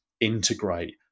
integrate